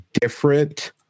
different